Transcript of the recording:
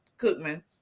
Cookman